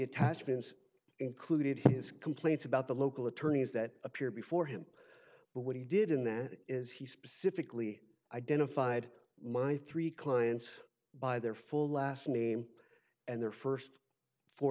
attachments included his complaints about the local attorneys that appear before him but what he did in there is he specifically identified my three clients by their full last name and their first four